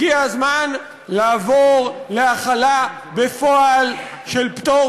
הגיע הזמן לעבור להחלה בפועל של פטור